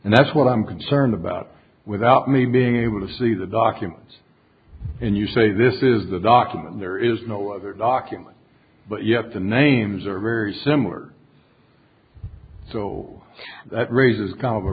and that's what i'm concerned about without me being able to see the documents and you say this is the document there is no other document but yet the names are very similar so that raises